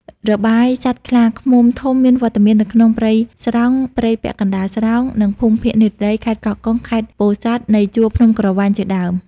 របាយណ៍សត្វខ្លាឃ្មុំធំមានវត្តមាននៅក្នុងព្រៃស្រោង ព្រៃពាក់កណ្តាលស្រោង នៅភូមិភាគនិរតី ខេត្តកោះកុង ខេត្តពោធិ៍សាត់ នៃជួរភ្នំក្រវាញ ជាដើម។